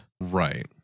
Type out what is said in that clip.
Right